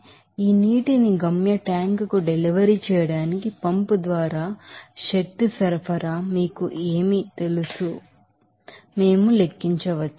కాబట్టి ఈ నీటిని గమ్య ట్యాంకుకు డెలివరీ చేయడానికి పంప్ ద్వారా శక్తి సరఫరా మీకు ఏమి తెలుసో మేము లెక్కించవచ్చు